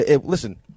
listen